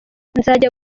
nzajya